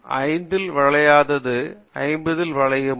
ஐந்தில் வளையாதது ஐம்பதில் வளையுமா